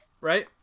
Right